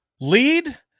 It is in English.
lead